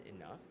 enough